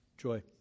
Joy